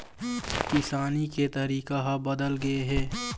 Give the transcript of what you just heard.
किसानी के तरीका ह बदल गे हे